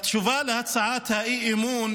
בתשובה על הצעת האי-אמון